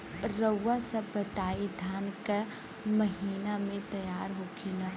रउआ सभ बताई धान क महीना में तैयार होखेला?